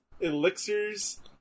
elixirs